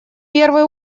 первый